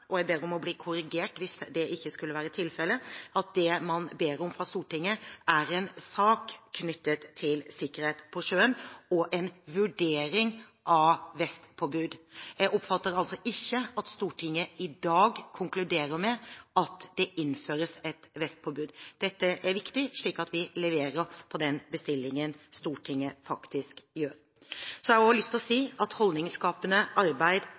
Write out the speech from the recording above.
og jeg ber om å bli korrigert hvis det ikke skulle være tilfellet – at det Stortinget ber om, er en sak knyttet til sikkerhet på sjøen og en vurdering av vestpåbud. Jeg oppfatter det ikke slik at Stortinget i dag konkluderer med at det innføres et vestpåbud. Dette er viktig, slik at vi leverer det Stortinget bestiller. Jeg har også lyst til å si at holdningsskapende arbeid